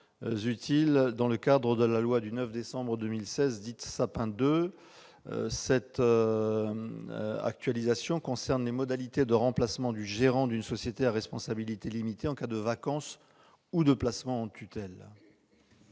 dans le cadre de la loi Sapin II. Cette actualisation concerne les modalités de remplacement du gérant d'une société à responsabilité limitée en cas de vacance ou de placement en tutelle.